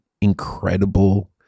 incredible